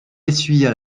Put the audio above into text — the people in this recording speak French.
essuya